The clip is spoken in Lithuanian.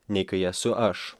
nei kai esu aš